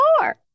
more